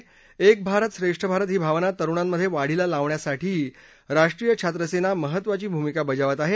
एक भारत श्रेष्ठ भारत ही भावना तरुणांमधे वाढीला लावण्यासाठीही राष्ट्रीय छात्र सेना महत्त्वाची भूमिका बजावत आहे